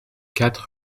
quatre